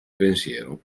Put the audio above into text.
pensiero